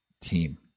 team